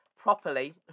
properly